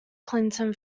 clinton